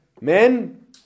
Men